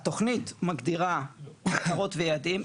התוכנית מגדירה מטרות ויעדים.